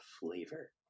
flavor